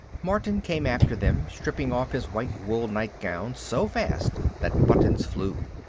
martin came after them, stripping off his white wool nightgown so fast that buttons flew.